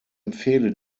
empfehle